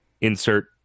Insert